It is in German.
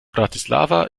bratislava